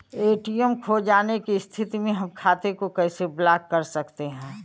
ATM खो जाने की स्थिति में हम खाते को कैसे ब्लॉक कर सकते हैं?